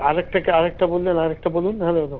আর একটা কে আর একটা বললেন আর একটা বলুন হ্যালো